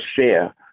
share